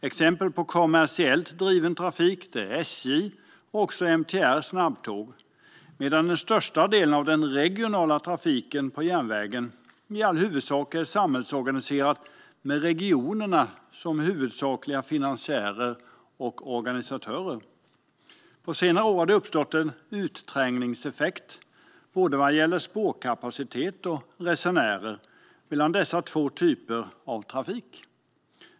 Exempel på kommersiellt driven trafik är SJ:s och MTR:s snabbtåg, medan den största delen av den regionala trafiken på järnvägen är samhällsorganiserad med regionerna som huvudsakliga finansiärer och organisatörer. På senare år har det uppstått en utträngningseffekt, vad gäller både spårkapacitet och resenärer, mellan dessa två typer av trafik.